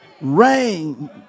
rain